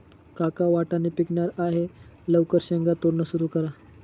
काका वाटाणे पिकणार आहे लवकर शेंगा तोडणं सुरू करा